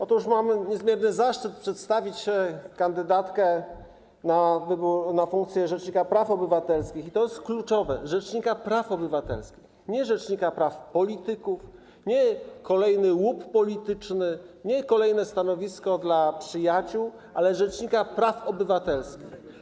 Otóż mam niezmierny zaszczyt przedstawić kandydatkę na funkcję rzecznika praw obywatelskich, i to jest kluczowe, rzecznika praw obywatelskich, nie rzecznika praw polityków, nie kolejny łup polityczny, nie kolejne stanowisko dla przyjaciół, ale rzecznika praw obywatelskich.